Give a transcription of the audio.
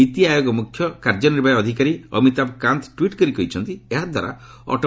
ନୀତି ଆୟୋଗ ମୁଖ୍ୟ କାର୍ଯ୍ୟନିର୍ବାହୀ ଅଧିକାରୀ ଅମିତାଭ୍ କାନ୍ତ ଟ୍ୱିଟ୍ କରି କହିଛନ୍ତି ଏହାଦ୍ୱାରା ଅଟେ